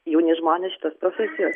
jauni žmonės šitos profesijos